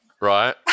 Right